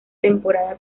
temporada